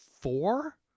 four